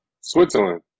Switzerland